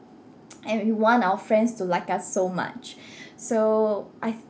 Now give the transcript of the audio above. and we want our friends to like us so much so I